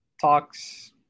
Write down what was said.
talks